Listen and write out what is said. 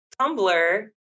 Tumblr